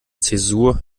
zäsur